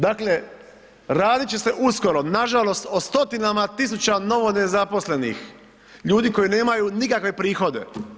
Dakle, radit će se uskoro nažalost o 100-tinama tisuća novo nezaposlenih, ljudi koji nemaju nikakve prihode.